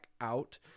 out